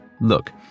look